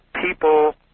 people